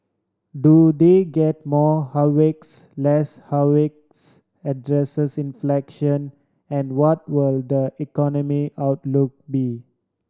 do they get more hawkish less hawkish addresses inflation and what will the economic outlook be